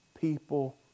people